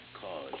cause